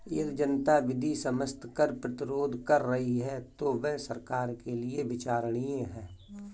यदि जनता विधि सम्मत कर प्रतिरोध कर रही है तो वह सरकार के लिये विचारणीय है